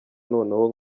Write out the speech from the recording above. noneho